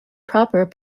proper